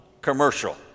commercial